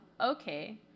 okay